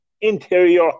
Interior